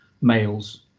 males